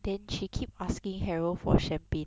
then she keep asking harold for champagne